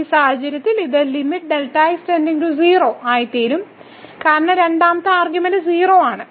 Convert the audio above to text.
ഈ സാഹചര്യത്തിൽ ഇത് ആയിത്തീരും കാരണം രണ്ടാമത്തെ ആർഗ്യുമെന്റ് 0 ആണ്